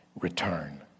Return